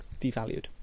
devalued